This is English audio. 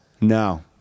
No